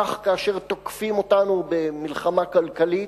כך כאשר תוקפים אותנו במלחמה כלכלית,